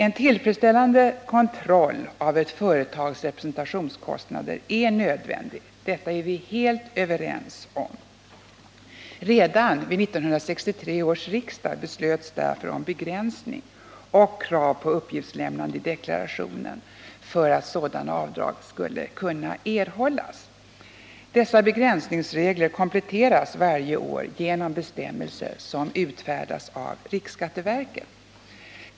En tillfredsställande kontroli av ett företags representationskostnader är nödvändig. Detta är vi helt överens om. Redan vid 1963 års riksdag beslöts om begränsning när det gäller avdrag för representationskostnader och krav på uppgiftslämnande i deklarationen för att sådana avdrag skulle kunna erhållas. Dessa begränsningsregler kompletteras årligen genom bestämmelser som utfärdas av riksskatteverket.